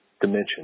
dimension